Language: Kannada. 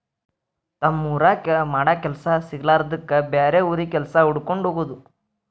ತಮ್ಮ ಊರಾಗ ಮಾಡಾಕ ಕೆಲಸಾ ಸಿಗಲಾರದ್ದಕ್ಕ ಬ್ಯಾರೆ ಊರಿಗೆ ಕೆಲಸಾ ಹುಡಕ್ಕೊಂಡ ಹೊಗುದು